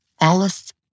Alice